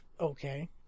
Okay